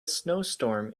snowstorm